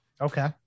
Okay